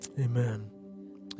Amen